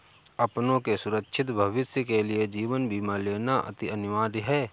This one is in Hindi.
अपनों के सुरक्षित भविष्य के लिए जीवन बीमा लेना अति अनिवार्य है